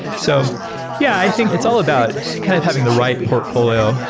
so yeah, i think it's all about kind of having the right portfolio.